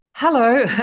Hello